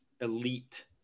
elite